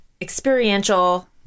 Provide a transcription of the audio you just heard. experiential